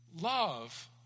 love